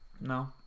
No